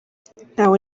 ntawe